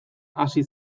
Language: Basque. hasi